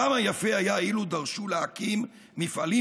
כמה יפה היה אילו דרשו להקים מפעלים